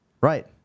Right